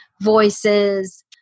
voices